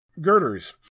girders